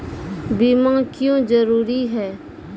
बीमा क्यों जरूरी हैं?